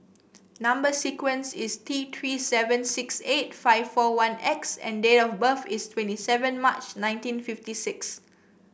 number sequence is T Three seven six eight five four one X and date of birth is twenty seven March nineteen fifty six